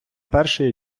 перший